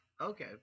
okay